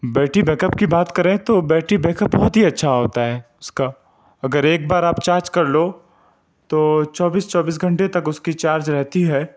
battery backup کی بات کریں تو بیٹری بیک اپ بہت ہی اچّھا ہوتا ہے اس کا اگر ایک بار آپ چارج کر لو تو چوبیس چوبیس گھنٹے تک اس کی چارج رہتی ہے